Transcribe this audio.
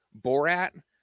Borat